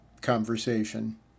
conversation